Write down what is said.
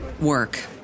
work